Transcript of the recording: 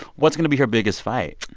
what's going to be her biggest fight?